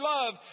love